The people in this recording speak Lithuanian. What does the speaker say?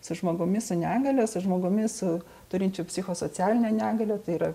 su žmogumi su negalia su žmogumi su turinčiu psichosocialinę negalią tai yra